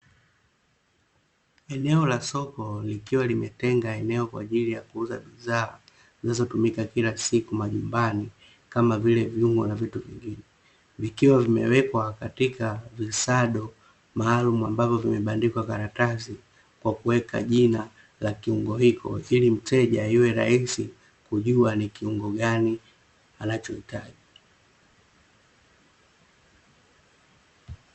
Eneo la soko likiwa limetenga eneo kwa ajili ya kuuza bidhaa zinazotumika kila siku majumbani, kama vile viungo na vitu vingine. Vikiwa vimewekwa katika visado maalumu ambavyo vimebandikwa karatasi kwa kuweka jina la kiungo hiko ili mteja iwe rahisi kujua ni kiungo gani anachohitaji.